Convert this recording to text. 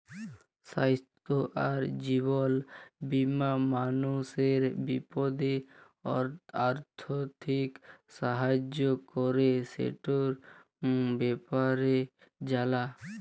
স্বাইস্থ্য আর জীবল বীমা মালুসের বিপদে আথ্থিক সাহায্য ক্যরে, সেটর ব্যাপারে জালা